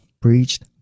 preached